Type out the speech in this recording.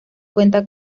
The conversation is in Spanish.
cuenta